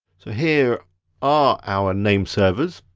so here are our name servers.